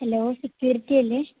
hello security അല്ലേ